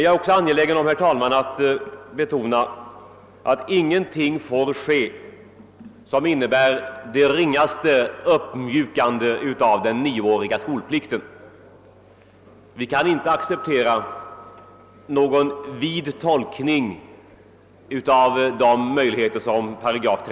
Jag är också angelägen om att betona att ingenting får ske som innebär den ringaste uppmjukning av den nioåriga skolplikten. Vi kan inte acceptera någon vid tolkning av 36 §.